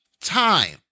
time